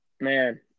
Man